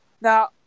Now